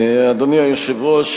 אדוני היושב-ראש,